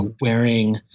wearing